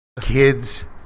kids